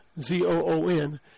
Z-O-O-N